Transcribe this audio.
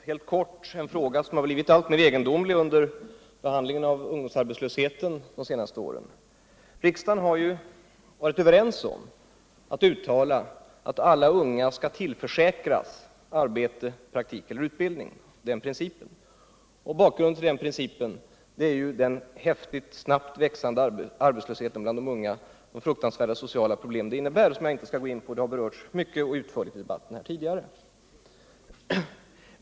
Herr talman! Jag skulle helt kort vilja ta upp en fråga som blivit alltmer egendomlig under behandlingen av ungdomsarbetslösheten de senaste åren. Riksdagen har varit överens om principen att alla unga skall tillförsäkras arbete, praktik eller utbildning. Bakgrunden till den principen är ju den snabbt växande arbetslösheten bland de unga och de fruktansvärda sociala problem som den innebär — problem som jag inte skall gå in på; de har berörts utförligt i debatten här tidigare.